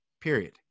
period